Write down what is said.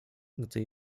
gdy